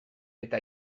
eta